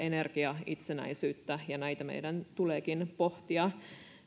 energiaitsenäisyyttä ja näitä meidän tuleekin pohtia